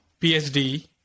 PhD